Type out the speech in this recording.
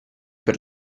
per